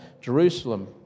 Jerusalem